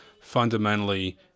fundamentally